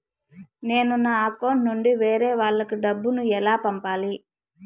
నేను నా అకౌంట్ నుండి వేరే వాళ్ళకి డబ్బును ఎలా పంపాలి?